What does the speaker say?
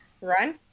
run